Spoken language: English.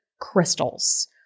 crystals